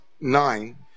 nine